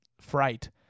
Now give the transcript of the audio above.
fright